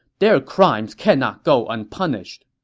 their crimes cannot go unpunished.